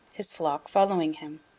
his flock following him.